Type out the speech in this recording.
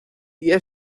día